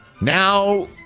Now